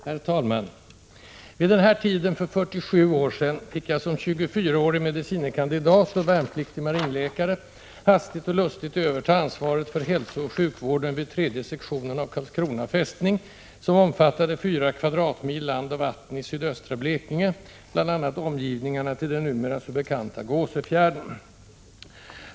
Herr talman! Vid den här tiden för 47 år sedan fick jag som 24-årig medicine kandidat och värnpliktig marinläkare hastigt och lustigt överta ansvaret för hälsooch sjukvården vid III:e sektionen av Karlskrona fästning, som omfattade fyra kvadratmil land och vatten i sydöstra Blekinge, bl.a. omgivningarna till den numera så bekanta Gåsefjärden.